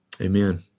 Amen